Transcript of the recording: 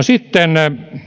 sitten